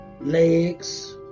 legs